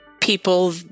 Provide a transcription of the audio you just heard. People